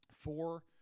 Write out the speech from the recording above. four